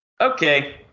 Okay